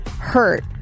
hurt